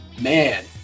man